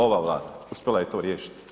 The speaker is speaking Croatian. Ova Vlada uspjela je to riješiti.